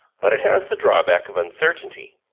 but it has the drawback of uncertainty.